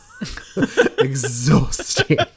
Exhausting